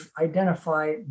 identify